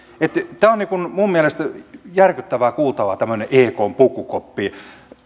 tämä on minun mielestäni järkyttävää kuultavaa tämmöinen ekn pukukoppi